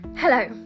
Hello